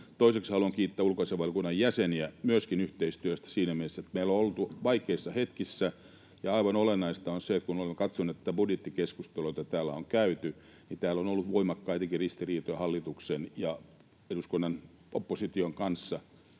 Toiseksi haluan kiittää ulkoasiainvaliokunnan jäseniä myöskin yhteistyöstä siinä mielessä, että meillä on oltu vaikeissa hetkissä, ja aivan olennaista on se, kun olemme katsoneet tätä budjettikeskustelua, jota täällä on käyty, ja täällä on ollut voimakkaitakin ristiriitoja hallituksen ja eduskunnan opposition kanssa,